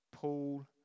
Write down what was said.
Paul